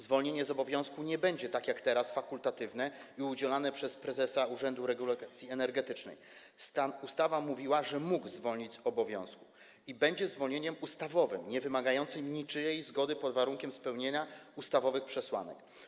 Zwolnienie z obowiązku nie będzie tak jak teraz fakultatywne i udzielane przez prezesa Urzędu Regulacji Energetyki (ustawa mówiła, że ˝mógł˝ zwolnić z obowiązku), będzie zwolnieniem ustawowym niewymagającym niczyjej zgody pod warunkiem spełnienia ustawowych przesłanek.